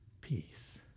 peace